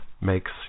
makes